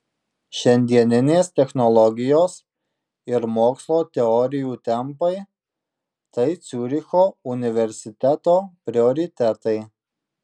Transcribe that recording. šiandieninės technologijos ir mokslo teorijų tempai tai ciuricho universiteto prioritetai